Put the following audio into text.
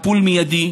טיפול מיידי,